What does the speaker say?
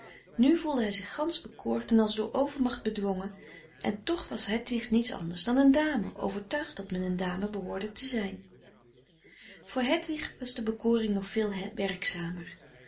nu voelde hij zich gansch bekoord en als door overmacht bedwongen en toch was hedwig niets anders dan een dame overtuigd dat men een dame behoorde te zijn voor hedwig was de bekoring nog veel werkzamer